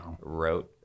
wrote